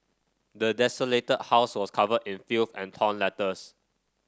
the desolated house was covered in filth and torn letters